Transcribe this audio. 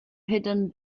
hidden